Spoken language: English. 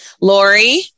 Lori